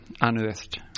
unearthed